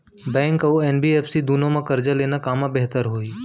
Bank अऊ NBFC दूनो मा करजा लेना कामा बेहतर होही?